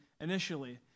initially